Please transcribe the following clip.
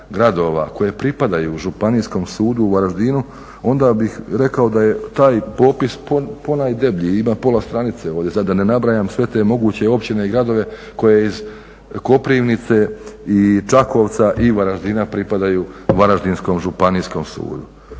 koje pripadaju županijskom sudu u Varaždinu, onda bih rekao da je taj popis ponajdeblji, ima pola stranice, sad da ne nabrajam sve te moguće općine i gradove koje iz Koprivnice i Čakovca i Varaždina pripadaju Varaždinskom županijskom sudu.